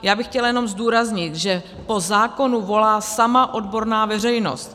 Já bych chtěla jenom zdůraznit, že po zákonu volá sama odborná veřejnost.